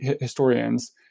historians